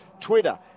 Twitter